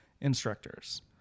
instructors